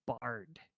bard